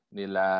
nila